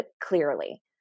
clearly